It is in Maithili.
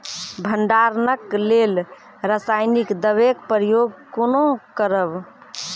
भंडारणक लेल रासायनिक दवेक प्रयोग कुना करव?